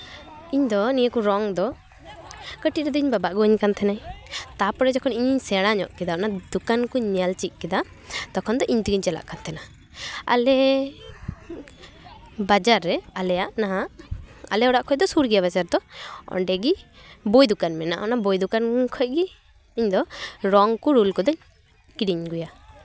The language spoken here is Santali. ᱤᱧ ᱫᱚ ᱱᱤᱭᱟᱹ ᱠᱚ ᱨᱚᱝ ᱫᱚ ᱠᱟᱹᱴᱤᱡ ᱨᱮᱫᱚ ᱤᱧ ᱵᱟᱵᱟᱭ ᱟᱹᱜᱩ ᱟᱹᱧ ᱠᱟᱱ ᱛᱟᱦᱮᱸ ᱱᱟᱭ ᱛᱟᱨᱯᱚᱨᱮ ᱡᱚᱠᱷᱚᱱ ᱤᱧᱤᱧ ᱥᱮᱬᱟ ᱧᱚᱜ ᱮᱱᱟ ᱚᱱᱟ ᱫᱚᱠᱟᱱ ᱠᱚᱧ ᱧᱮᱞ ᱪᱮᱫ ᱠᱮᱫᱟ ᱛᱚᱠᱷᱚᱱ ᱫᱚ ᱤᱧ ᱛᱮᱜᱤᱧ ᱪᱟᱞᱟᱜ ᱠᱟᱱ ᱛᱟᱦᱮᱱᱟ ᱟᱞᱮ ᱵᱟᱡᱟᱨ ᱨᱮ ᱟᱞᱮᱭᱟᱜ ᱱᱚᱣᱟ ᱟᱞᱮ ᱚᱲᱟᱜ ᱠᱷᱚᱱ ᱫᱚ ᱥᱩᱨ ᱜᱮᱭᱟ ᱵᱟᱡᱟᱨ ᱫᱚ ᱚᱸᱰᱮᱜᱮ ᱵᱳᱭ ᱫᱚᱠᱟᱱ ᱢᱮᱱᱟᱜᱼᱟ ᱚᱱᱟ ᱵᱳᱭ ᱫᱚᱠᱟᱱ ᱠᱷᱚᱡ ᱜᱮ ᱤᱧ ᱫᱚ ᱨᱚᱝ ᱠᱚ ᱨᱳᱞ ᱠᱚᱫᱚᱧ ᱠᱤᱨᱤᱧ ᱟᱹᱜᱩᱭᱟ